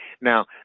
Now